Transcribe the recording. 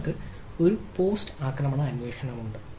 നമ്മൾക്ക് ഒരു പോസ്റ്റ് ആക്രമണ അന്വേഷണം ഉണ്ട്